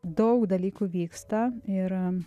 daug dalykų vyksta ir